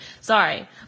Sorry